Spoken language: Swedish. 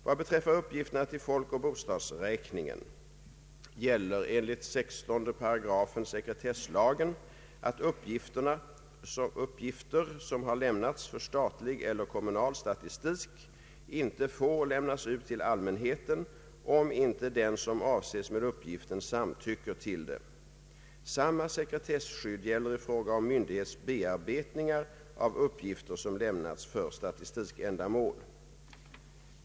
Vad beträffar uppgifterna till folkoch bostadsräkningen gäller enligt 16 § sekretesslagen att uppgifter, som har lämnats för statlig eller kommunal statistik, inte får lämnas ut till allmänheten, om inte den som avses med uppgiften samtycker till det. Samma sekretesskydd gäller i fråga om myndighets bearbetningar av uppgifter som lämnats för statistikändamål.